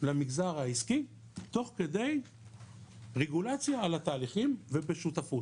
למגזר העסקי תוך כדי רגולציה על התהליכים ובשותפות.